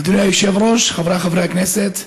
אדוני היושב-ראש, חבריי חברי הכנסת,